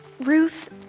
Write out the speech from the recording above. Ruth